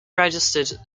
registered